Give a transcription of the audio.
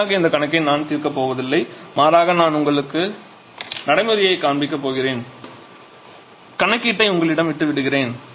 முழுமையாக இந்த கணக்கை நான் தீர்க்கப் போவதில்லை மாறாக நான் உங்களுக்கு நடைமுறையைக் காண்பிக்க போகிறேன் கணக்கீட்டை உங்களிடம் விட்டு விடுகிறேன்